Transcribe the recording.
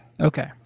Okay